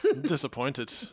disappointed